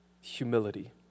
humility